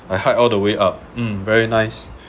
I hike all the way up um very nice